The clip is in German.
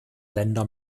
länder